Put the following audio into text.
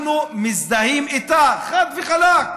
אנחנו מזדהים איתה, חד וחלק.